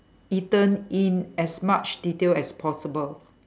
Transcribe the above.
eaten in as much detail as possible